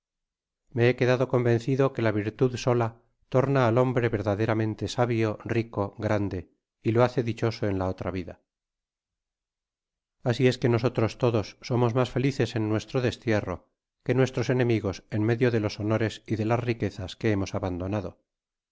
me he quedado convencido que la virtud sola torna al hombre verdaderamente sabio rico grande y lo hace dichoso en la otra vida asi es que nosotros todos somos mas felices en nuestro destierro que nuestros enemigos en medio de los honores y de las riquezas que hemos abandonado